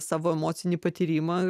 savo emocinį patyrimą